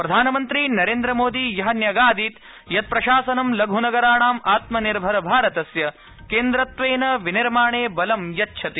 प्रधानमंत्री नरेंद्र मोदी ह्यः न्यगादीत् यत् प्रशासनं लघ्नगराणां आत्मनिर्भर भारतस्य केन्द्रत्वेन विनिर्माणे बलं यच्छति